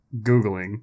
Googling